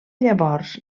llavors